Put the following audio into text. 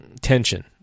tension